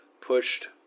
pushed